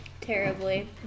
Terribly